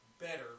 better